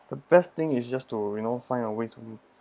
the best thing is just to you know find a way to